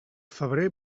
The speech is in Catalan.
febrer